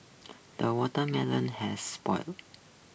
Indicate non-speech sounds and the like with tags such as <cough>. the watermelon has <unintelligible>